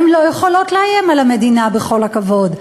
הן לא יכולות לאיים על המדינה, בכל הכבוד.